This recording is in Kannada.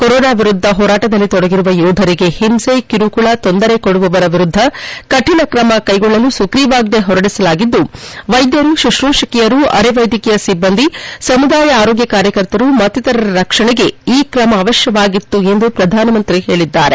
ಕೊರೋನಾ ವಿರುದ್ದ ಹೋರಾಟದಲ್ಲಿ ತೊಡಗಿರುವ ಯೋಧರಿಗೆ ಹಿಂಸೆ ಕಿರುಕುಳ ತೊಂದರೆ ಕೊಡುವವರ ವಿರುದ್ಧ ಕಠಿಣ ಕ್ರಮ ಕೈಗೊಳ್ಳಲು ಸುಗ್ರೀವಾಜ್ಞೆ ಹೊರಡಿಸಲಾಗಿದ್ದು ವೈದ್ಯರು ಶುಶ್ರೂಷಕಿಯರು ಅರೆ ವೈದೈಕೀಯ ಸಿಬ್ಬಂದಿ ಸಮುದಾಯ ಆರೋಗ್ಯ ಕಾರ್ಯಕರ್ತರು ಮತ್ತಿತರರ ರಕ್ಷಣೆಗೆ ಈ ಕ್ರಮ ಅವಶ್ಯವಾಗಿತ್ತು ಎಂದು ಪ್ರಧಾನಮಂತಿ ಹೇಳಿದ್ದಾರೆ